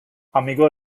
amigo